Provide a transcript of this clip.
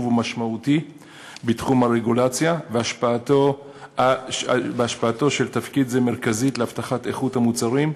ומשמעותי בתחום הרגולציה והשפעתו של תפקיד זה מרכזית להבטחת איכות המוצרים,